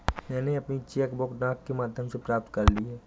मैनें अपनी cheque book डाक के माध्यम से प्राप्त कर ली है